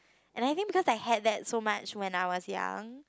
and I think because I had that so much when I was young